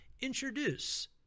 introduce